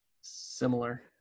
similar